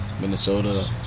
Minnesota